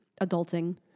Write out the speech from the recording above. adulting